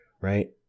right